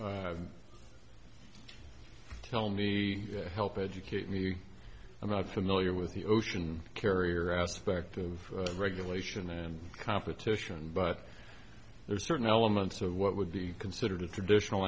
sir tell me help educate me i'm not familiar with the ocean carrier aspect of regulation and competition but there are certain elements of what would be considered traditional